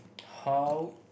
how